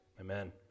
amen